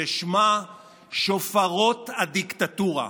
ששמה "שופרות הדיקטטורה".